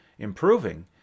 improving